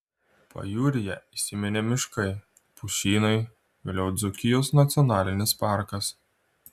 pajūryje įsiminė miškai pušynai vėliau dzūkijos nacionalinis parkas